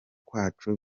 kwacu